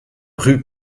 rue